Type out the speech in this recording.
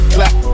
Clap